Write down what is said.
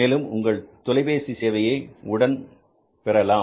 மேலும் உங்கள் தொலைபேசி சேவையை உடன் பெறலாம்